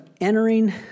entering